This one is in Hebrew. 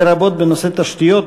לרבות בנושאי תשתיות,